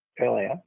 earlier